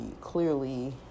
clearly